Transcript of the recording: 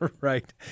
Right